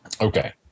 Okay